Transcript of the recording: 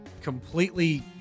completely